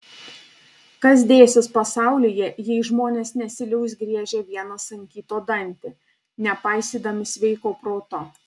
kas dėsis pasaulyje jei žmonės nesiliaus griežę vienas ant kito dantį nepaisydami sveiko proto